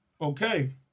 Okay